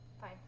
Fine